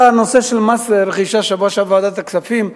היה נושא של מס רכישה בוועדת הכספים,